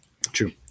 True